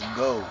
go